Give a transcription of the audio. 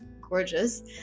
gorgeous